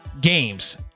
games